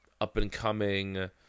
up-and-coming